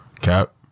Cap